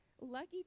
Lucky